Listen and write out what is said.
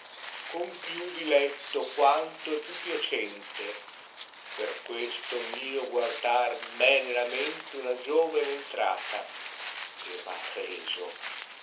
con più diletto quanto é più piacente per questo mio guardar m é nella mente una giovene entrata che m'ha preso